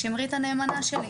לשמרית הנאמנה שלי,